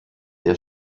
der